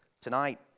tonight